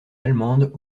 allemandes